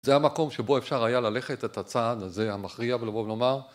זה המקום שבו אפשר היה ללכת את הצעד הזה המכריע ולבוא ולומר